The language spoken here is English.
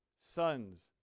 sons